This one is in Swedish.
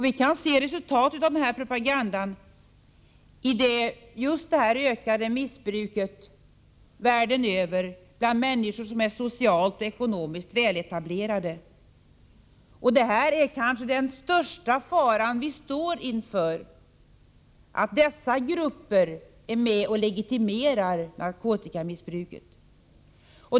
Vi kan se resultatet av denna propaganda i just det ökade missbruket världen över bland människor som är socialt och ekonomiskt väletablerade. Det är kanske den största faran vi står inför, att dessa grupper är med och legitimerar narkotikamissbruket.